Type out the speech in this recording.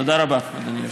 תודה רבה, אדוני היושב-ראש.